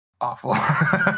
awful